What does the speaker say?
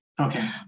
Okay